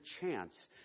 chance